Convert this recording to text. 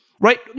Right